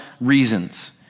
reasons